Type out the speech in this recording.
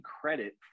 credit